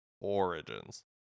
Origins